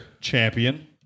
champion